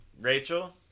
Rachel